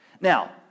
Now